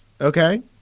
okay